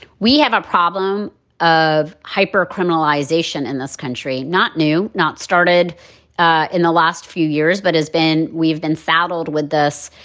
we have a problem of hyper criminalization in this country, not new, not started ah in the last few years, but has been we've been saddled with this,